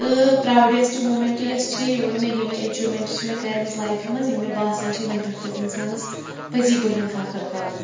تہٕ proudest moment یۄس چھِ یہِ ووٚن مےٚ یِمَے اچیٖومٮ۪نٛٹ چھِ مےٚ کَرِمَژٕ لایفہِ منٛز یِم مےٚ باسان چھِ یِمَن پٮ۪ٹھ پَزِ اِنسانَس پٔزی پٲٹھۍ فخٕر کَرُن